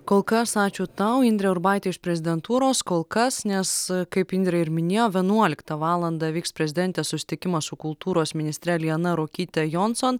kol kas ačiū tau indrė urbaitė iš prezidentūros kol kas nes kaip indrė ir minėjo vienuoliktą valandą vyks prezidentės susitikimas su kultūros ministre liana ruokyte jonson